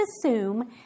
assume